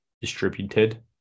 Distributed